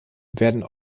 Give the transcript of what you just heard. wurden